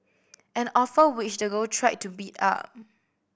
an offer which the girl tried to beat up